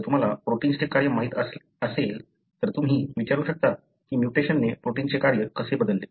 जर तुम्हाला प्रोटिन्सचे कार्य माहित असेल तर तुम्ही विचारू शकता की म्युटेशनने प्रोटिन्सचे कार्य कसे बदलले